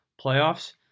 playoffs